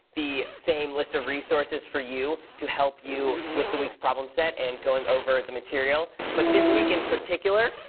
the same list of resources for you, to help you with the week's problem set and going over the material but this week in particular,